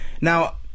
now